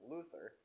Luther